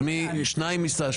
שניים מש"ס.